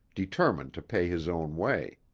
determined to pay his own way.